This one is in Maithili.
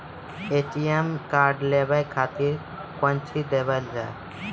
ए.टी.एम कार्ड लेवे के खातिर कौंची देवल जाए?